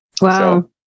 Wow